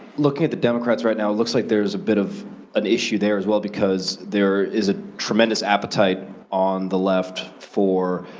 looking at the democrats right now, it looks like there's a bit of an issue there as well because there is a tremendous appetite on the left for,